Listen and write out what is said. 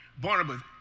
Barnabas